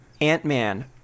Ant-Man